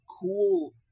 cool